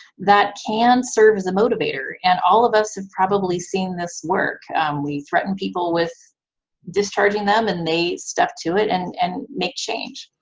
that can serve as a motivator. and all of us have probably seen this work we threaten people with discharging them, and they stuck to it and and make change.